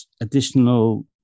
additional